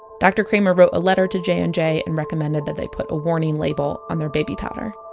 dr cramer wrote a letter to j and j and recommended that they put a warning label on their baby powder.